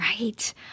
Right